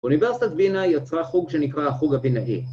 ‫אוניברסיטת וינה יצרה חוג ‫שנקרא החוג הוינאי.